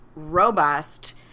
robust